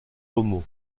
homo